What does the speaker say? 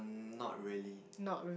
not really